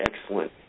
excellent